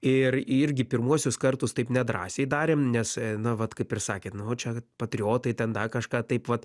ir irgi pirmuosius kartus taip nedrąsiai darėm nes na vat kaip ir sakėt nu čia patriotai ten da kažką taip vat